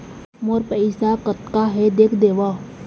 मोर पैसा कतका हे देख देव?